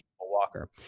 walker